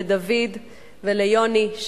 לדוד וליוני,